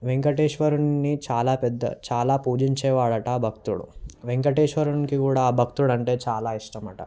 వెంకటేశ్వరుడిని చాలా పెద్ద చాలా పూజించే వాడట ఆభక్తుడు వెంకటేశ్వరునికి కూడా ఆ భక్తుడు అంటే చాలా ఇష్టమట